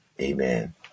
Amen